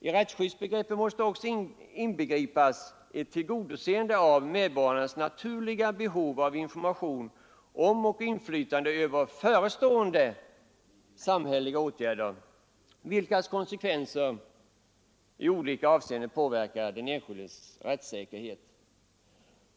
I rättsskyddsbegreppet måste också inbegripas ett tillgodoseende av medborgarnas naturliga behov av information om och inflytande över förestående samhälleliga åtgärder, vilkas konsekvenser i olika avseenden påverkar den enskildes rättsställning.